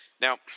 Now